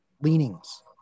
leanings